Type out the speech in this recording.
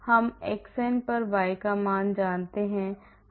तो हम xn पर y का मान जानते हैं